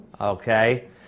Okay